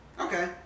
Okay